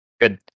good